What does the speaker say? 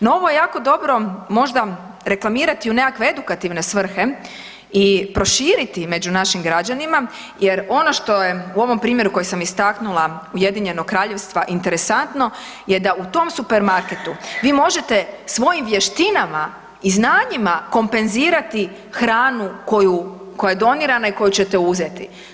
No, ovo je jako dobro možda reklamirati u neke edukativne svrhe i proširiti među našim građanima jer ono što je u ovom primjeru koji sam istaknula Ujedinjenog Kraljevstva interesantno je da u tom supermarketu vi možete svojim vještinama i znanjima kompenzirati hranu koju, koja je donirana i koju ćete uzeti.